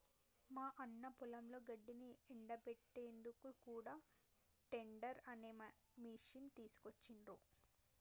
మా అన్న పొలంలో గడ్డిని ఎండపెట్టేందుకు కూడా టెడ్డర్ అనే మిషిని తీసుకొచ్చిండ్రు